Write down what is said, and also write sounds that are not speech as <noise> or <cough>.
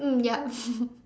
mm yup <laughs>